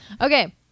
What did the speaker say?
okay